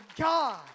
God